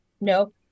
No